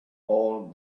all